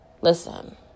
listen